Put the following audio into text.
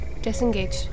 disengage